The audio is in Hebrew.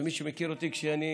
ומי שמכיר אותי, כשאני